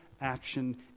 action